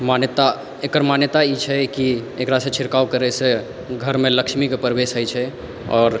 मान्यता एकर मान्यता ई छै की एकरासँ छिड़काव करैसँ घरमे लक्ष्मीके प्रवेश होइ छै आओर